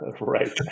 right